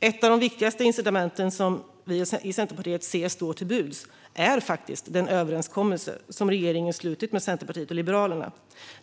Ett av de viktigaste incitamenten som vi i Centerpartiet ser står till buds är den överenskommelse som regeringen har slutit med Centerpartiet och Liberalerna.